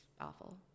Awful